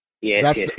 Yes